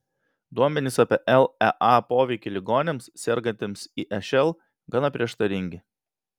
duomenys apie lea poveikį ligoniams sergantiems išl gana prieštaringi